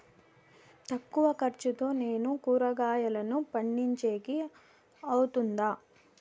తక్కువ ఖర్చుతో నేను కూరగాయలను పండించేకి అవుతుందా?